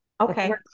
Okay